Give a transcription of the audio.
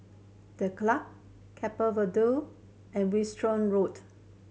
The Club Keppel Viaduct and Wiltshire Road